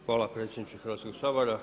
Hvala predsjedniče Hrvatskog sabora.